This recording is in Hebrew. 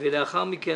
ולאחר מכן,